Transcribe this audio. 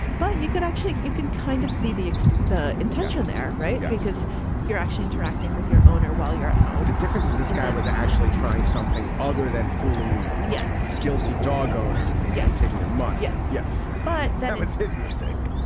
but you could actually you can kind of see the the intention there. right. because you're actually interacting with your owner while you're at home the difference is this guy was actually trying something other than fooling. yes. guilty dog owners yeah and taking taking their money. yes. yes but that was his mistake,